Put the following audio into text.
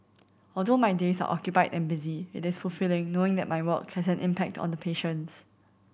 although my days are occupied and busy it is fulfilling knowing that my work has an impact on the patients